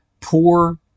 poor